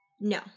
No